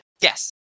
Yes